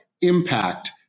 impact